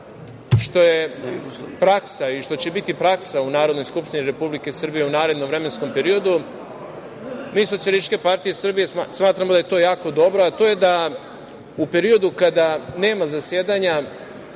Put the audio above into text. što je praksa i što će biti praksa u Narodnoj skupštini Republike Srbije u narednom periodu. Mi iz SPS smatramo da je to jako dobro, a to je da u periodu kada nema zasedanja